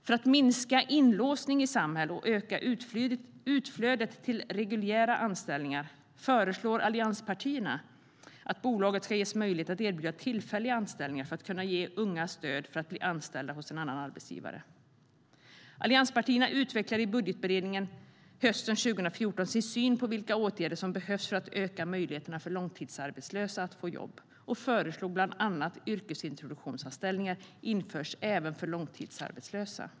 För att minska inlåsning i Samhall och öka utflödet till reguljära anställningar föreslår allianspartierna att bolaget ska ges möjlighet att erbjuda tillfälliga anställningar för att kunna ge unga stöd för att bli anställda hos en annan arbetsgivare. Allianspartierna utvecklade i budgetberedningen hösten 2014 sin syn på vilka åtgärder som behövs för att öka möjligheterna för långtidsarbetslösa att få jobb och föreslog bland annat att yrkesintroduktionsanställningar ska införas även för långtidsarbetslösa.